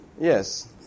Yes